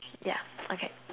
yeah okay